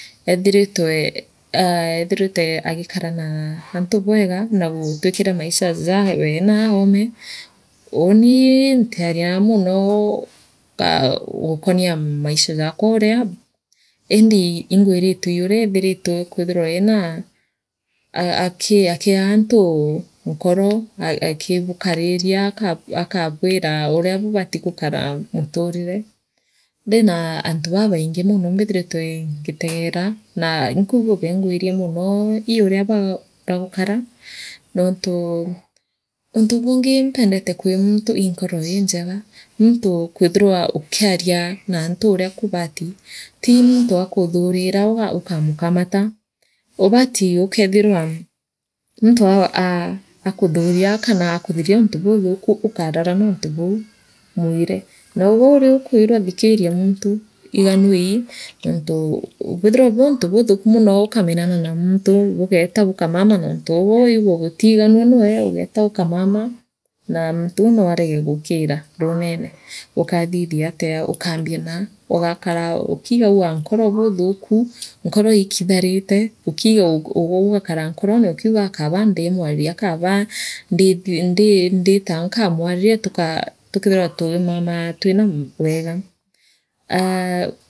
Eethiritwe aa ethiritwe agikara naantu bwegaa na gutwikira maisha jaawe noa oome uuni ntiana monoo a gukonia maisha jakwa uria indi ingwiritue ii uria ethiritwe kwithirwa eena a akiaa antu nkono a akibukariria akabwira uria buabti gukara muturire ndina antu babingi mono mbithiritwe ngitegeera naa inkwigua beengwiria mono ii uria bagukaraa nontuu untu bungi mpendete kwii muntu ii nkoro iinjega muntu kwithirwa ukiaria na antu uria kubati ti muntu akuthurira ukamu kanaate ubati ukeethirwa muntu iganuei nontu bwithairwa buri untu buuthuku mono ukamenana naa muntu buugata bukamanaa noontu ugwe waigwa buutiganua nwee ugeeta ukamana na muntu uu noarege guukira riunene ukathithia atia ukaambia naa ugakara ukiigagua nkoro buuthuku nkoro iikitharite ukiigagua u u ugakara nkorono ukiugaa kaaba ndiimwariria kaba ndii ndiita nkamwariria tuka tukeethirwa twimama twina weega ee.